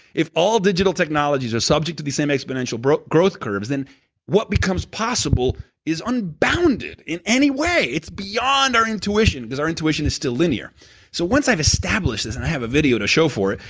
if all digital technologies are subject to these same exponential growth curves, then what becomes possible is unbounded in any way. it's beyond our intuition, because our intuition is still linear so once i have established this, and i have a video to show for it,